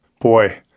Boy